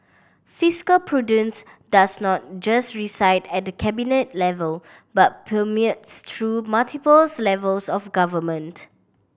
fiscal prudence does not just reside at the Cabinet level but permeates through multiples levels of government